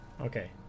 Okay